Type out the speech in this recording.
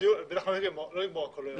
בטח לא נגמור הכול היום,